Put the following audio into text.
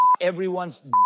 everyone's